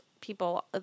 people